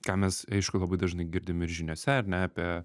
ką mes aišku labai dažnai girdim ir žiniose ar ne apie